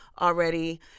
already